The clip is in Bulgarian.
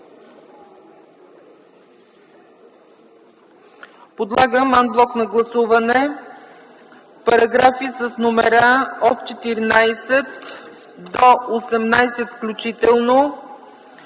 Подлагам ан блок на гласуване параграфи с номера от 14 до 18 включително